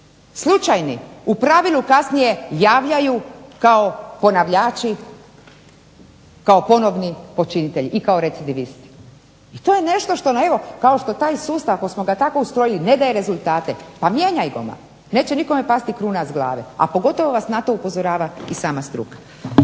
slučajni u pravilu kasnije javljaju kao ponavljači, kao ponovni počinitelji i kao recidivisti. I to je nešto što nam evo, kao što taj sustav kojega smo tako ustrojili ne daje rezultate. Pa mijenjajmo ga! Neće nikome pasti kruna s glave, a pogotovo vas na to upozorava i sama struka.